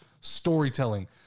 storytelling